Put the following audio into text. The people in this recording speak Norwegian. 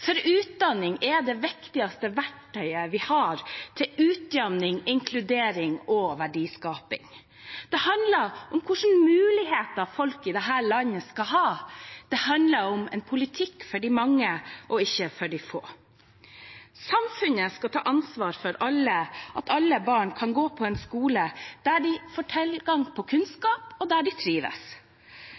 samfunnet. Utdanning er det viktigste verktøyet vi har til utjamning, inkludering og verdiskaping. Det handler om hva slags muligheter folk i dette landet skal ha. Det handler om en politikk for de mange, ikke for de få. Samfunnet skal ta ansvar for at alle barn kan gå på en skole der de får tilgang på kunnskap, og der de trives.